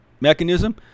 mechanism